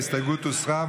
ההסתייגות הוסרה.